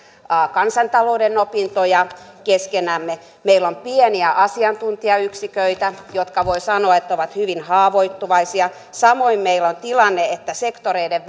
kansantalouden opintoja keskenään meillä on pieniä asiantuntijayksiköitä joiden voi sanoa olevan hyvin haavoittuvaisia samoin meillä on tilanne että sektoreiden